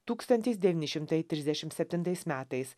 tūkstantis devyni šimtai trisdešim septintais metais